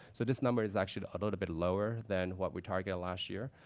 so this number is actually a little bit lower than what we targeted last year.